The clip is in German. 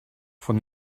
von